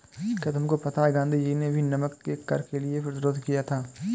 क्या तुमको पता है गांधी जी ने भी नमक के कर के लिए कर प्रतिरोध किया था